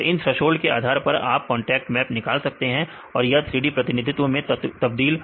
तो इन थ्रेसोल्ड के आधार पर आप कांटेक्ट मैप निकाल सकते हैं और यह 3D प्रतिनिधित्व में तब्दील है